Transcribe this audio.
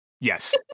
Yes